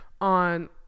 on